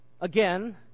Again